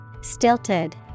Stilted